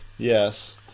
Yes